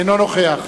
אינו נוכח